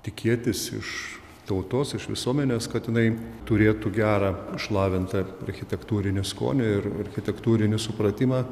tikėtis iš tautos iš visuomenės kad jinai turėtų gerą išlavintą architektūrinį skonį ir architektūrinį supratimą